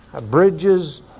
bridges